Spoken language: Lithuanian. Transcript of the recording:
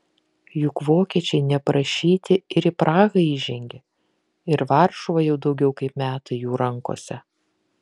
juk vokiečiai neprašyti ir į prahą įžengė ir varšuva jau daugiau kaip metai jų rankose